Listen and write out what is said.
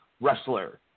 wrestler